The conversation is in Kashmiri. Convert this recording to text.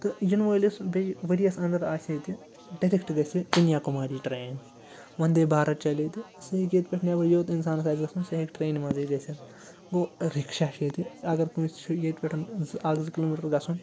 تہٕ یِنہٕ وٲلِس بیٚیہِ ؤریَس اَنٛدَر آسہِ ییٚتہِ ڈٮ۪رٮ۪کٹ گژھِ کنیا کُماری ٹرٛین وَنٛدے بھارت چَلہِ ییٚتہِ سُہ ہیٚکہِ ییٚتہِ پٮ۪ٹھ یوٚت اِنسانَس آسہِ گژھُن سُہ ہیٚکہِ ٹرٛینہِ منٛزٕے گٔژھِتھ گوٚو رِکشا چھِ ییٚتہِ اَگر کٲنٛسہِ چھِ ییٚتہِ پٮ۪ٹھ زٕ اَکھ زٕ کِلوٗ میٖٹَر گژھُن